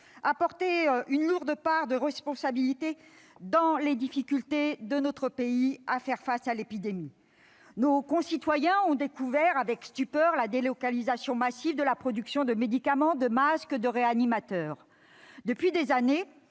a porté une lourde part de responsabilité dans les difficultés de notre pays à faire face à l'épidémie. Nos concitoyens ont découvert avec stupeur la délocalisation massive de la production de médicaments, de masques et de réanimateurs. Voilà pourtant des années